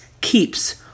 Keeps